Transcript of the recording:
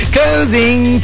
Closing